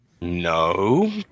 No